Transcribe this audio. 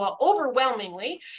overwhelmingly